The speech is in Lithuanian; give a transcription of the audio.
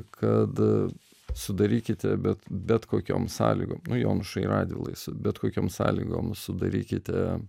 kad sudarykite bet bet kokiom sąlygom nu jonušai radvilai su bet kokiom sąlygom sudarykite